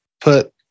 put